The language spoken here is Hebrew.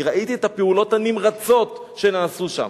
ראיתי את הפעולות הנמרצות שנעשו שם.